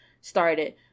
started